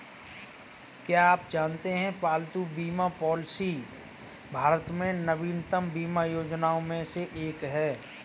क्या आप जानते है पालतू बीमा पॉलिसी भारत में नवीनतम बीमा योजनाओं में से एक है?